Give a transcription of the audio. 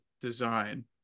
design